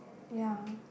ya